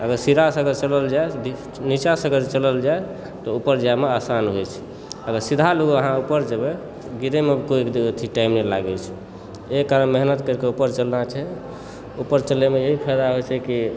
अगर सीधा सादा चलल जाय तऽ नीचाँसँ अगर चलल जाय तऽ ऊपर जायमे आसान होइ छै अगर सीधा लु अहाँ ऊपर जेबय गिरयमे कोइ अथी टाइम नहि लागय छै एक बार मेहनत करिकऽ ऊपर चलना छै ऊपर चलयमे यहीं फायदा होइ छै कि